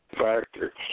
factor